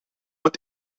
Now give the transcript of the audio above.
het